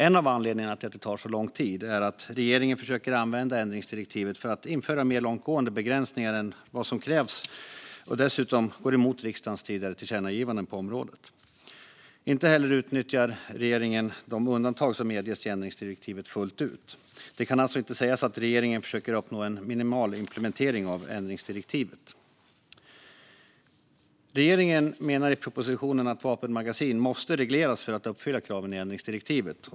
En av anledningarna till att det tar så lång tid är att regeringen försöker använda ändringsdirektivet för att införa mer långtgående begränsningar än vad som krävs och dessutom går emot riksdagens tidigare tillkännagivanden på området. Inte heller utnyttjar regeringen de undantag som medges i ändringsdirektivet fullt ut. Det kan alltså inte sägas att regeringen försöker uppnå en minimal implementering av ändringsdirektivet. Regeringen menar i propositionen att frågan om vapenmagasin måste regleras för att uppfylla kraven i ändringsdirektivet.